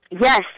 Yes